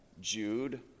Jude